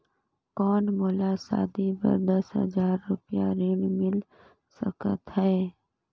कौन मोला शादी बर दस हजार रुपिया ऋण मिल सकत है?